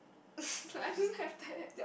I don't have that